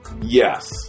Yes